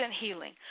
healing